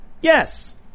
Yes